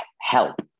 Help